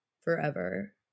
forever